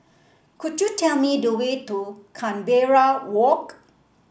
could you tell me the way to Canberra Walk